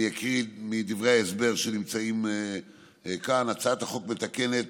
אני אקריא מדברי ההסבר שנמצאים גם כאן: "הצעת החוק מתקנת